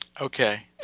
Okay